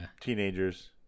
Teenagers